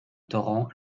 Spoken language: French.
torrent